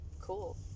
cool